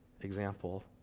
example